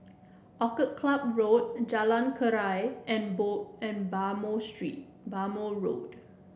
Orchid Club Road Jalan Keria and and Bhamo street Bhamo Road